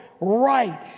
Right